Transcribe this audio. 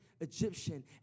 Egyptian